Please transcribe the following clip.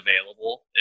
available